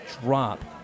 drop